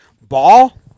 Ball